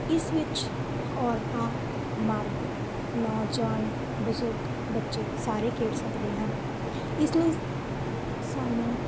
ਇਸ ਵਿੱਚ ਔਰਤਾਂ ਮਰਦ ਨੌਜਵਾਨ ਬਜ਼ੁਰਗ ਬੱਚੇ ਸਾਰੇ ਖੇਡ ਸਕਦੇ ਹਨ ਇਸ ਲਈ ਸਾਨੂੰ